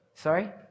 Sorry